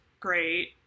great